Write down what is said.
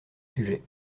sujets